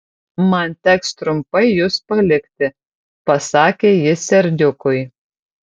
man teks trumpai jus palikti pasakė jis serdiukui